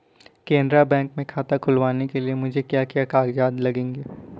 Canara bank में खाता खुलवाने के लिए मुझे क्या क्या कागजात लगेंगे?